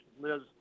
liz